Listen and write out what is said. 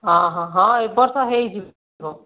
ହଁ ହଁ ହଁ ଏବର୍ଷ ହୋଇଯିବ